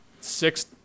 six